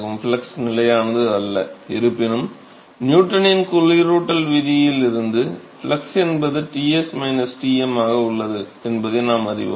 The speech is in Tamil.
ஃப்ளக்ஸ் நிலையானது அல்ல இருப்பினும் நியூட்டனின் குளிரூட்டல் விதியில் இருந்து ஃப்ளக்ஸ் என்பது Ts Tm ஆக உள்ளது என்பதை நாம் அறிவோம்